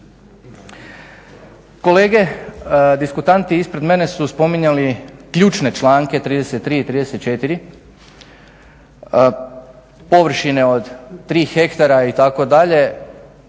Kolege diskutanti ispred mene su spominjali ključne članke 33.i 34.površine od 3 hektara itd.